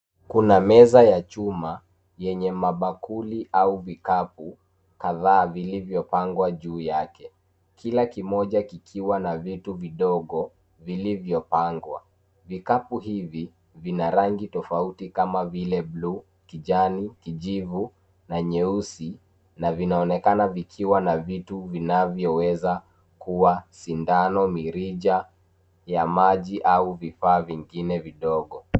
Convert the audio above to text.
Kuna meza ya chuma yenye mabakuli au vikapu kadhaa vilivyopangwa juu yake. Kila kimoja kikiwa na vitu vidogo vilivyopangwa . Vikapu hivi vina rangi tofauti kama buluu, kijani, kijivu na nyeusi, na vinaonekana vikiwa na vitu vinavyoweza kuwa sindano, mirija ya maji au vifaa vingine vidogo."